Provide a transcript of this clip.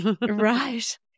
Right